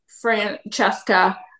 Francesca